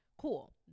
Cool